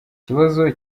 ikibazo